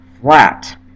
flat